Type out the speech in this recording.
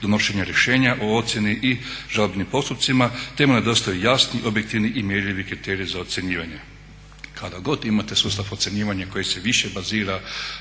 donošenja rješenja o ocjeni i žalbenim postupcima …/Govornik se ne razumije./… jasnih, objektivnih i mjerljivih kriterija za ocjenjivanje. Kada god imate sustav ocjenjivanja koji se više bazira